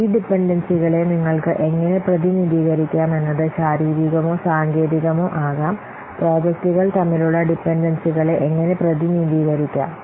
ഈ ഡിപൻഡൻസികളെ നിങ്ങൾക്ക് എങ്ങനെ പ്രതിനിധീകരിക്കാം എന്നത് ശാരീരികമോ സാങ്കേതികമോ ആകാം പ്രോജക്റ്റുകൾ തമ്മിലുള്ള ഡിപൻഡൻസികളെ എങ്ങനെ പ്രതിനിധീകരിക്കാം